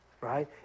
Right